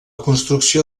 construcció